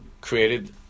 created